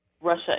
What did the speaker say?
Russia